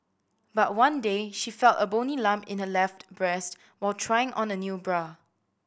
but one day she felt a bony lump in her left breast while trying on a new bra